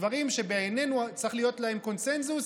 דברים שבעינינו צריך להיות בהם קונסנזוס.